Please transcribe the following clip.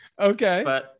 okay